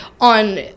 on